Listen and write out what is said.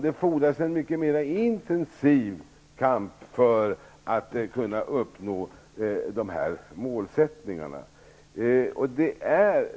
Det fordras en mycket mer intensiv kamp för att kunna uppnå målsättningarna.